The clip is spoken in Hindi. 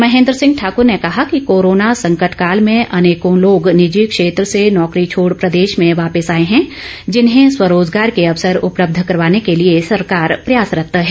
महेन्द्र सिंह ठाकुर ने कहा कि कोरोना संकट काल में अनेकों लोग निजी क्षेत्र से नौकरी छोड़ प्रदेश में वापिस आए हैं जिन्हें स्वरोजगार के अवसर उपलब्ध करवाने के लिए सरकार प्रयासरत्त है